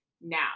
now